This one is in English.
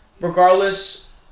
regardless